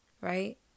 right